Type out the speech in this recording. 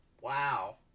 Wow